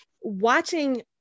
watching